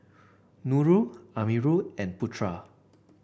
Nurul Amirul and Putra